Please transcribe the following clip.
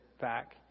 back